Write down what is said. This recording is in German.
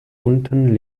unten